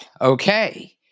okay